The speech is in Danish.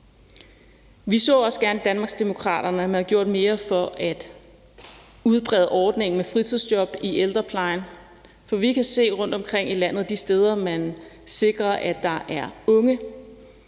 Vi så også gerne i Danmarksdemokraterne, at man havde gjort mere for at udbrede ordningen med fritidsjob i ældreplejen, for vi kan se rundtomkring i landet, at de steder, man sikrer, at der er unge,